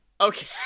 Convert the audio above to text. Okay